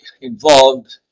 involved